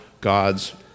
God's